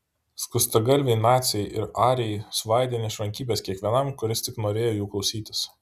skustagalviai naciai ir arijai svaidė nešvankybes kiekvienam kuris tik norėjo jų klausytis